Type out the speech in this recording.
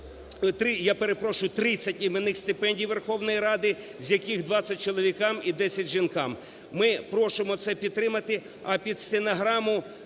Я перепрошую, 30 іменних стипендій Верховної Ради, з яких 20 – чоловікам і 10 – жінкам. Ми просимо це підтримати. А під стенограму…